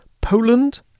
Poland